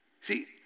See